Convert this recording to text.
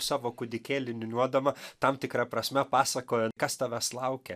savo kūdikėlį niūniuodama tam tikra prasme pasakojo kas tavęs laukia